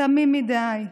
תמים מדי,